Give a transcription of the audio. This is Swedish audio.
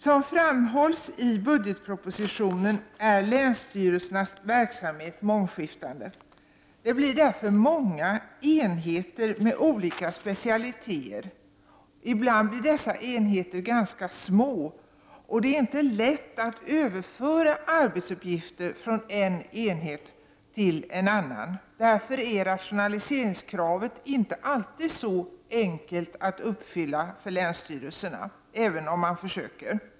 Som framhålls i budgetpropositionen är länsstyrelsernas verksamhet mångskiftande. Det blir därför många enheter med olika specialiteter. Ibland blir dessa enheter ganska små. Det är inte lätt att överföra arbetsuppgifter från en enhet till en annan. Därför är rationaliseringskravet inte alltid så enkelt att uppfylla för länsstyrelserna även om man försöker.